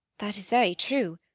that is very true,